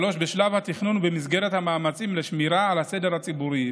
3. בשלב התכנון ובמסגרת המאמצים לשמירה על הסדר הציבורי,